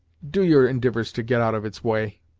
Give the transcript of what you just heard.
do your endivours to get out of its way.